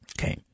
Okay